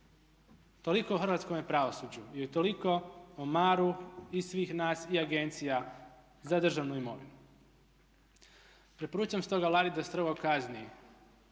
Toliko o hrvatskome pravosuđu i toliko o maru i svih nas i agencija za državnu imovinu. Preporučam stoga Vladi da strogo kazni